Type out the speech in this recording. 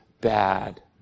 bad